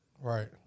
Right